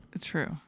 True